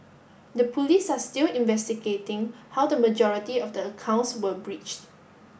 the Police are still investigating how the majority of the accounts were breached